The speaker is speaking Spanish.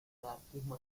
anarquismo